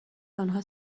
آنها